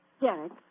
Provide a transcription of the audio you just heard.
Derek